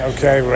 Okay